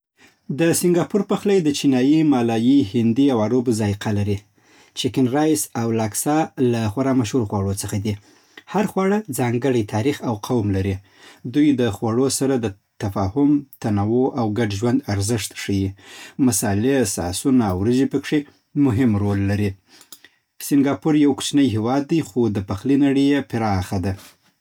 د سینګاپور پخلی د چینایي، مالایی، هندي او عربو ذائقه لري. چکن رایس او لاکسا له خورا مشهور خواړو څخه دي. هر خواړه ځانګړی تاریخ او قوم لري. دوی د خوړو سره د تفاهم، تنوع او ګډ ژوند ارزښت ښيي. مصالې، ساسونه، او وريجې پکښې مهم رول لري. سینګاپور یو کوچنی هېواد دی، خو د پخلي نړۍ یې پراخه ده.